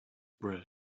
bread